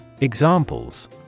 Examples